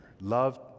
love